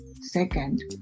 second